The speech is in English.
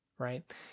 right